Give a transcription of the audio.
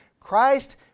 Christ